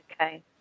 Okay